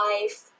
life